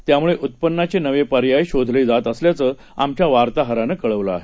त्यामुळेउत्पन्नाचेनवेपर्यायशोधलेजातअसल्याचंआमच्यावार्ताहरानंकळवलंआहे